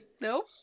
no